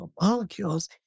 molecules